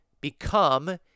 become